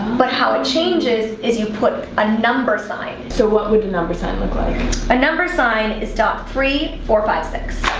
but how it changes is you put a number sign. so what would you number sign look like a number sign is dot three, four, five, six.